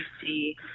see